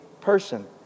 person